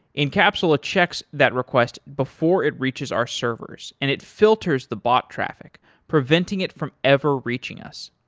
incapsula checks that request before it reaches our servers and it filters the bot traffic preventing it from ever reaching us.